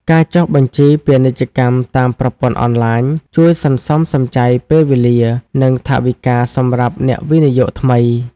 ការចុះបញ្ជីពាណិជ្ជកម្មតាមប្រព័ន្ធអនឡាញ ជួយសន្សំសំចៃពេលវេលា និងថវិកាសម្រាប់អ្នកវិនិយោគថ្មី។